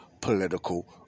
political